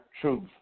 truth